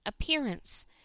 appearance